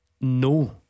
No